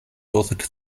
authored